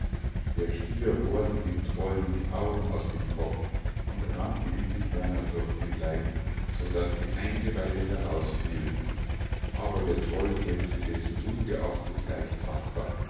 der stier bohrte dem trollen die augen aus dem kopf und rannte ihm die hörner durch den leib so daß die eingeweide herausfielen aber der troll kämpfte dessen ungeachtet gleich tapfer